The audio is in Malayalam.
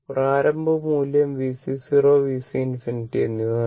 പ്രാരംഭ മൂല്യം VC 0 VC ∞ എന്നിവ നൽകി